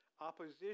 Opposition